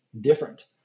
different